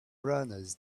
runners